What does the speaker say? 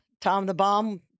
Tomthebomb